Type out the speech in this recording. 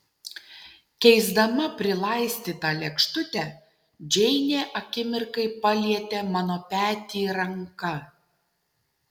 keisdama prilaistytą lėkštutę džeinė akimirkai palietė mano petį ranka